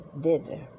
thither